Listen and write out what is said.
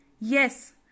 Yes